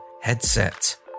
headset